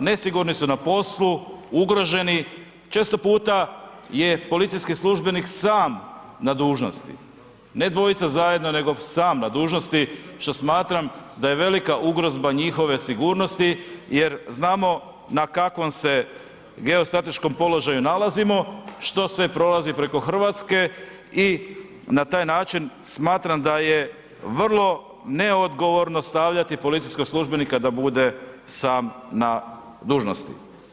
nesigurni su na poslu, ugroženi, često puta je policijski službenik sam na dužnosti, ne dvojica zajedno nego sam na dužnosti, što smatram da je velika ugrozba njihove sigurnosti jer znamo na kakvom se geostrateškom položaju nalazimo, što sve prolazi preko Hrvatske i na taj način smatram da je vrlo neodgovorno stavljati policijskog službenika da bude sam na dužnosti.